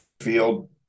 field